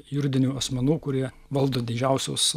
juridinių asmenų kurie valdo didžiausius